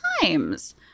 times